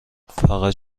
فقط